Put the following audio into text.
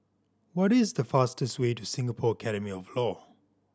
what is the fastest way to Singapore Academy of Law